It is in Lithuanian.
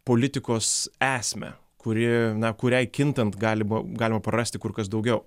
politikos esmę kuri na kuriai kintant galima galima prarasti kur kas daugiau